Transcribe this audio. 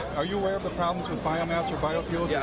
are you aware of the problems with biomass or biofuels? yeah